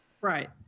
right